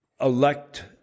elect